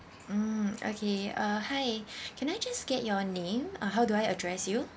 mm okay uh hi can I just get your name uh how do I address you